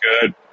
good